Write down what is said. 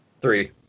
Three